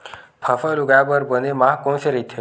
फसल उगाये बर बने माह कोन से राइथे?